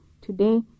today